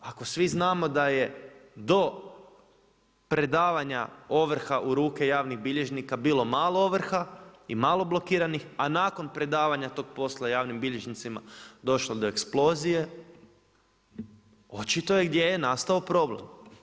Ako svi znamo da je do predavanja ovrha u ruke javnih bilježnika bilo malo ovrha i malo blokiranih, a nakon predavanja tog posla javnim bilježnicima došlo do eksplozije očito je gdje je nastao problem.